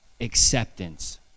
acceptance